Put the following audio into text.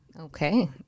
Okay